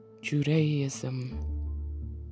Judaism